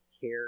care